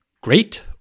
great